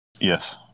yes